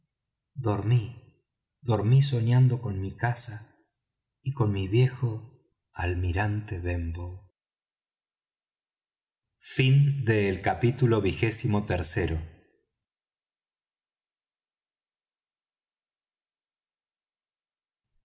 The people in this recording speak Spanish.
dormí dormí soñando con mi casa y con mi viejo almirante benbow